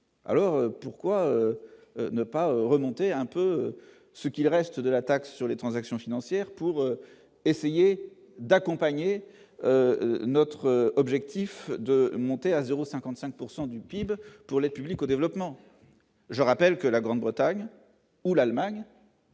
alors pourquoi ne pas remonter un peu ce qu'il reste de la taxe sur les transactions financières pour essayer d'accompagner notre objectif de monter à 0 55 pourcent du PIB pour les publics au développement,